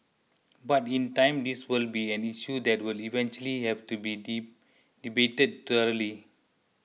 but in time this will be an issue that will eventually have to be debated thoroughly